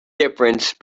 difference